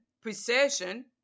precession